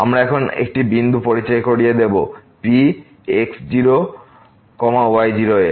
আমরা এখন একটি বিন্দু পরিচয় করিয়ে দেব Px0 y0 এর